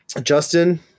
Justin